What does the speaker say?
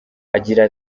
agira